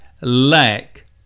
lack